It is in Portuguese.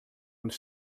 onde